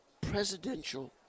presidential